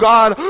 God